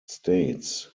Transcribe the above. states